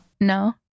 no